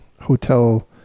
hotel